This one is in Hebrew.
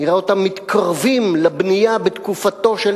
נראה אותם מתקרבים לבנייה בתקופתו של